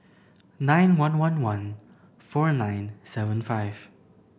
nine one one one four nine seven five